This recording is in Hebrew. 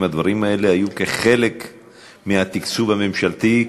אם הדברים האלה היו חלק מהתקצוב הממשלתי,